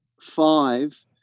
five